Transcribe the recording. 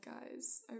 guys